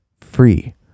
free